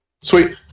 sweet